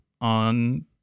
on